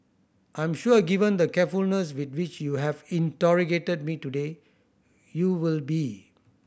I am sure given the carefulness with which you have interrogated me today you will be